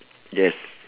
yes